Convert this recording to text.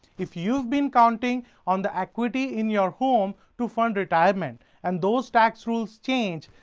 if you've been counting on the equity in your home to fund retirement and those tax rules change,